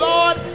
Lord